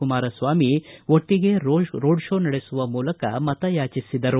ಕುಮಾರಸ್ವಾಮಿ ಒಟ್ಟಿಗೇ ರೋಡ್ಕೋ ನಡೆಸುವ ಮೂಲಕ ಮತಯಾಚಿಸಿದರು